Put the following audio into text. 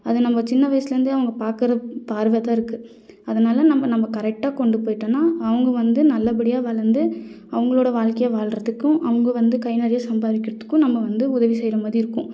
அதை நம்ம சின்ன வயசுலேருந்தே அவங்க பார்க்குற பார்வை தான் இருக்குது அதனால் நம்ம நம்ம கரெக்டாக கொண்டு போயிட்டோம்னா அவங்க வந்து நல்ல படியாக வளர்ந்து அவங்களோட வாழ்க்கைய வாழ்றதுக்கும் அவங்க வந்து கை நிறைய சம்பாதிக்கிறத்துக்கும் நம்ம வந்து உதவி செய்கிற மாதிரி இருக்கும்